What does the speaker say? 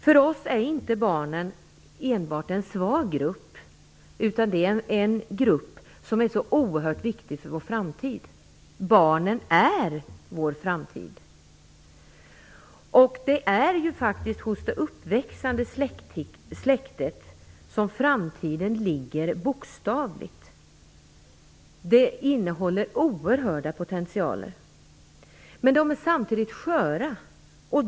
För oss är barnen inte enbart en svag grupp, utan det är en grupp som är oerhört viktig för vår framtid. Barnen är vår framtid. Det är faktiskt hos det uppväxande släktet som framtiden bokstavligen ligger. Det innehåller oerhörda potentialer. Men barnen är samtidigt sköra.